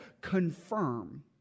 confirm